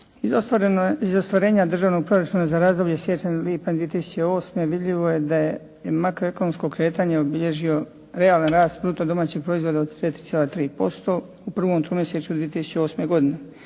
Iz ostvarenja Državnog proračuna za razdoblje siječanj/lipanj 2008. vidljivo je da je makroekonomsko kretanje obilježio realan rast bruto domaćeg proizvoda od 4,3% u prvom tromjesečju 2008. godine.